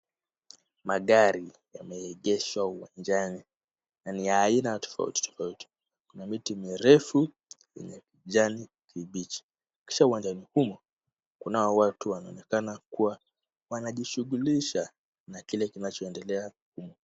Magari yameegeshwa uwanjani na ni ya aina tofauti tofauti. Kuna miti mirefu yenye kijani kibichi kisha uwanjani humo kunao watu wanaoonekana kuwa wanajishughulisha na kile kinachoendelea humo.